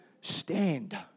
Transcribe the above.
stand